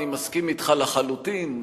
אני מסכים אתך לחלוטין,